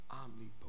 omnipotent